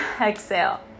exhale